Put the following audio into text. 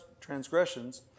transgressions